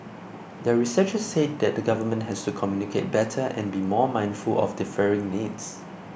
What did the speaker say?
the researchers said that the Government has to communicate better and be more mindful of differing needs